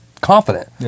confident